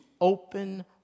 open